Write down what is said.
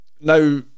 Now